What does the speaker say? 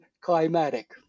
climatic